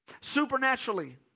Supernaturally